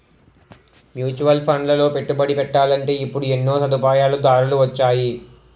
mutual ఫండ్లలో పెట్టుబడి పెట్టాలంటే ఇప్పుడు ఎన్నో సదుపాయాలు దారులు వొచ్చేసాయి